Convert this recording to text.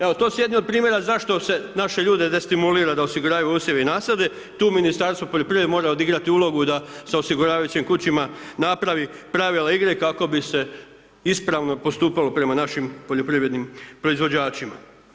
Evo, to su jedni od primjera zašto se naše ljude destimulira da osiguravaju usjeve i nasade, tu Ministarstvo poljoprivrede mora odigrati ulogu da sa osiguravajućim kućama napravi pravila igre kako bi se ispravno postupalo prema našim poljoprivrednim proizvođačima.